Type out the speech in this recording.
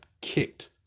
kicked